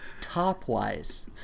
Top-wise